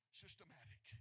systematic